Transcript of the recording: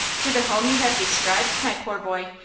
to the home you have described, my poor boy?